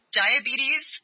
diabetes